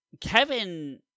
Kevin